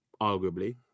arguably